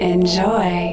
Enjoy